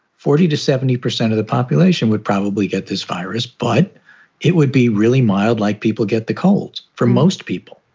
forty to seventy percent of the population would probably get this virus, but it would be really mild like people get the cold for most people.